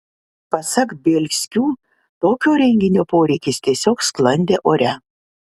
pasak bielskių tokio renginio poreikis tiesiog sklandė ore